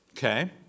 Okay